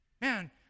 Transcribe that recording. Man